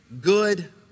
good